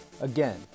again